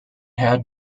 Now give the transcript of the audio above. had